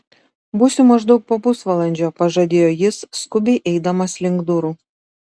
būsiu maždaug po pusvalandžio pažadėjo jis skubiai eidamas link durų